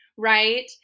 Right